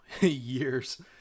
years